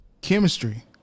Chemistry